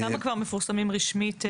כמה כבר מפורסמים רשמית?